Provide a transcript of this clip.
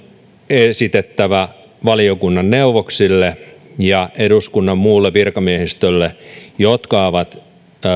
esitettävä valiokunnan neuvoksille ja eduskunnan muulle virkamiehistölle jotka ovat